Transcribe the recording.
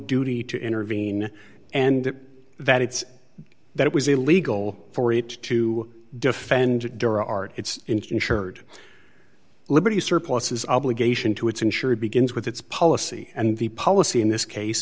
duty to intervene and that it's that it was illegal for it to defend its insured liberty surpluses obligation to its insurer begins with its policy and the policy in this case